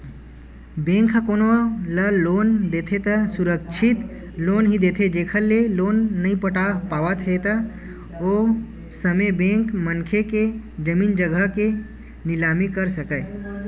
bank ह कोनो ल लोन देथे त सुरक्छित लोन ही देथे जेखर ले लोन नइ पटा पावत हे त ओ समे बेंक मनखे के जमीन जघा के निलामी कर सकय